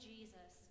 Jesus